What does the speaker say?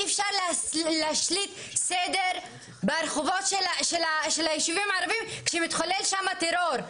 אי-אפשר להשליט סדר ברחובות של היישובים הערבים כשמתחולל שם טרור.